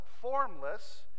formless